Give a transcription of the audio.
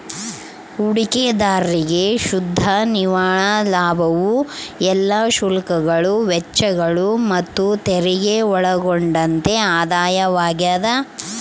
ಹೂಡಿಕೆದಾರ್ರಿಗೆ ಶುದ್ಧ ನಿವ್ವಳ ಲಾಭವು ಎಲ್ಲಾ ಶುಲ್ಕಗಳು ವೆಚ್ಚಗಳು ಮತ್ತುತೆರಿಗೆ ಒಳಗೊಂಡಂತೆ ಆದಾಯವಾಗ್ಯದ